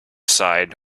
side